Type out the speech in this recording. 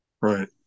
Right